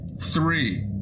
Three